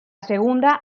segunda